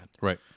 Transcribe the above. Right